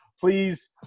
Please